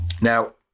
Now